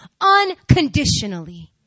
unconditionally